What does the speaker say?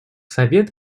совет